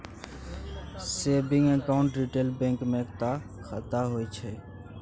saving account retail bank मे एकता खाता होइ छै